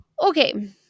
Okay